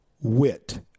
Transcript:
wit